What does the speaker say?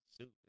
soup